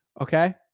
Okay